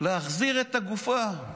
להחזיר את הגופה.